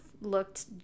looked